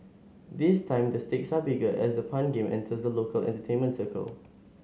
this time the stakes are bigger as the pun game enters the local entertainment circle